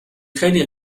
خیلی